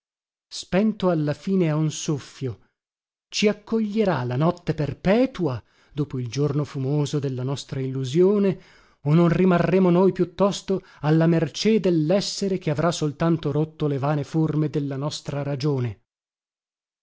spento alla fine a un soffio ci accoglierà la notte perpetua dopo il giorno fumoso della nostra illusione o non rimarremo noi piuttosto alla mercé dellessere che avrà soltanto rotto le vane forme della nostra ragione